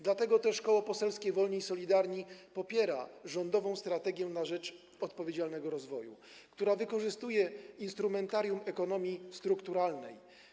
Dlatego też Koło Poselskie Wolni i Solidarni popiera rządową „Strategię na rzecz odpowiedzialnego rozwoju”, która wykorzystuje instrumentarium ekonomii strukturalnej.